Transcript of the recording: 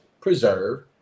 preserve